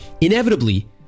Inevitably